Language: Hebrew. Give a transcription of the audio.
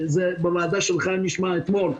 בוועדה שלך זה נשמע אתמול.